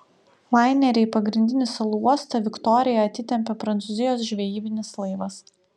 lainerį į pagrindinį salų uostą viktoriją atitempė prancūzijos žvejybinis laivas